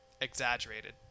exaggerated